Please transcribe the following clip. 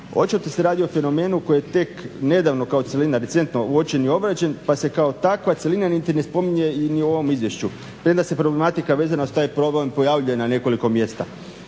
Očito se radi o fenomenu koji je tek nedavno kao cjelina recentno uočen i obrađen pa se kao takva cjelina niti ne spominje ni u ovom izvješću premda se problematika vezana uz taj problem pojavljuje na nekoliko mjesta.